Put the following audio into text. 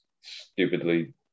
stupidly